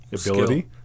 ability